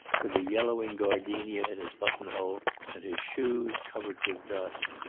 with a yellowing gardenia in his buttonhole and his shoes covered with dust.